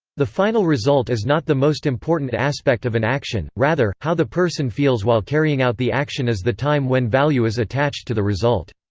the final result is not the most important aspect of an action rather, how the person feels while carrying out the action is the time when value is attached to the result.